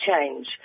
change